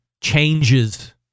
changes